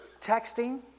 texting